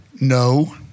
No